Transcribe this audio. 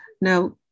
Now